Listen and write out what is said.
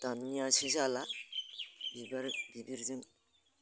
दानियासो जाला बिबार गिदिरजों